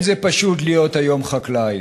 לא פשוט להיות היום חקלאי,